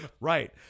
Right